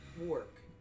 work